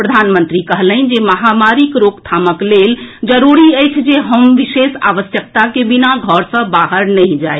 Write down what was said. प्रधानमंत्री कहलनि जे महामारीक रोकथामक लेल जरूरी अछि जे हम विशेष आवश्यकता के बिना घर से बाहर नहि जाइ